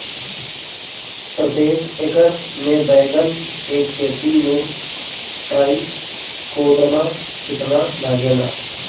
प्रतेक एकर मे बैगन के खेती मे ट्राईकोद्रमा कितना लागेला?